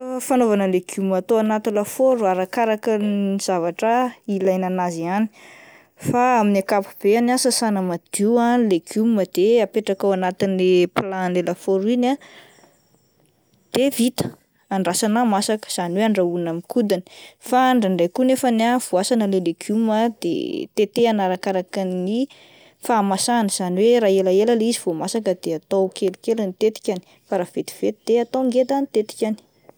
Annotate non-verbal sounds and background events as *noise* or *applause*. *hesitation* Fanaovana legioma atao anaty lafaoro arakaraka ny zavatra ilaina anazy ihany fa amin'ny akapobeany ah sasana madio ny legioma de apetraka ao anatin'le plat an'le lafaoro iny ah de vita andrasana masaka izany hoe andrahoana amakodiny fa ndraindray ko nefany ah voasana ilay legioma de tetehina arakaraka ny fahamasahany izany hoe raha elaela ilay izy vo masaka de atao kelikely ny tetikany fa raha vetivety dia atao ngeda ny tetikany.